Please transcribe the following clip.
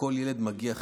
לכל ילד מגיע חינוך,